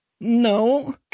No